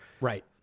Right